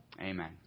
amen